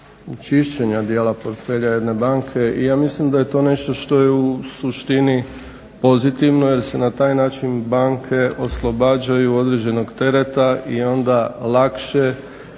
čišćenja dijela portfelja jedne banka i ja mislim da je to nešto što je u suštini pozitivno jer se na taj način banke oslobađaju određenog tereta i onda lakše